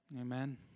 Amen